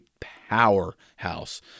powerhouse